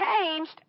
changed